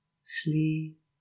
sleep